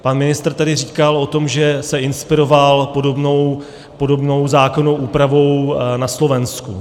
Pan ministr tady říkal o tom, že se inspiroval podobnou zákonnou úpravou na Slovensku.